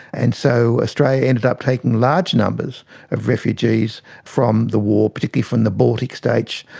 and so australia ended up taking large numbers of refugees from the war, particularly from the baltic states,